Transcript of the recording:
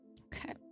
okay